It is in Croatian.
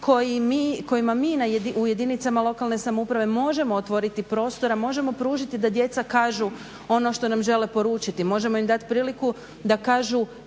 kojima mi u jedinicama lokalne samouprave možemo otvoriti prostora, možemo pružiti da djeca kažu ono što nam žele poručiti. Možemo im dati priliku da kažu